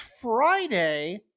Friday